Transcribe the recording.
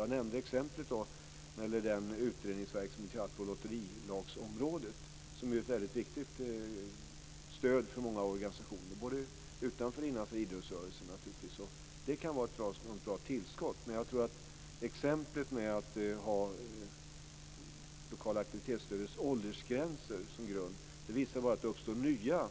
Jag nämnde som exempel den utredningsverksamhet som vi har haft på lotterilagsområdet, som ju är ett väldigt viktigt stöd för många organisationer både utanför och inom idrottsrörelsen. Det kan vara ett bra tillskott. Men att man skulle ha det lokala aktivitetsbidragets åldersgränser som grund leder bara till att det uppstår nya